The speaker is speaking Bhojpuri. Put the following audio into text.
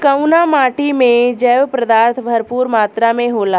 कउना माटी मे जैव पदार्थ भरपूर मात्रा में होला?